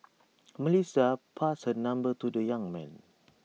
Melissa passed her number to the young man